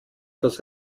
das